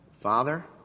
Father